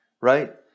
right